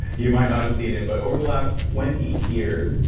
you might not have seen him, but over the last twenty years,